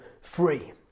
free